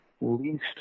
least